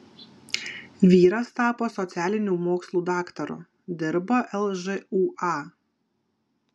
vyras tapo socialinių mokslų daktaru dirba lžūa